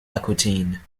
aquitaine